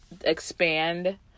expand